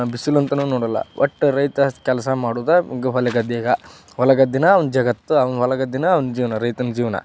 ಬಿಸಿಲಂತಲೂ ನೋಡಲ್ಲ ಒಟ್ಟು ರೈತ ಕೆಲಸ ಮಾಡೋದು ಗ ಹೊಲ ಗದ್ದೆಗೆ ಹೊಲ ಗದ್ದೆನೇ ಅವ್ನ ಜಗತ್ತು ಅವ್ನ ಹೊಲ ಗದ್ದೆನೇ ಅವ್ನ ಜೀವನ ರೈತನ ಜೀವನ